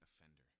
offender